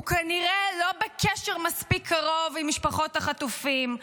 הוא כנראה לא בקשר מספיק קרוב עם משפחות החטופים,